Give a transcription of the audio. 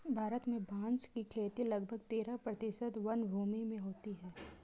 भारत में बाँस की खेती लगभग तेरह प्रतिशत वनभूमि में होती है